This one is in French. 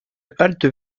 halte